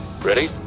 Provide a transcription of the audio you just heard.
Ready